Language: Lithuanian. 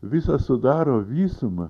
visos sudaro visumą